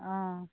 অ